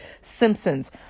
Simpsons